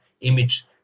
image